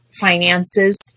finances